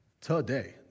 today